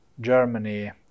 Germany